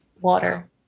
water